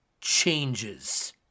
changes